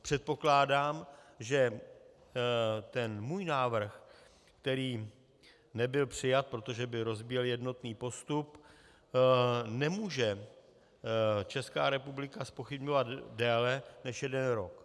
Předpokládám, že ten můj návrh, který nebyl přijat, protože by rozbíjel jednotný postup, nemůže ČR zpochybňovat déle než jeden rok.